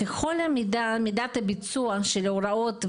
בכל מידת הביצוע של ההוראות,